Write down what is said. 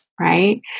right